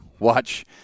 Watch